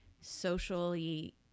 socially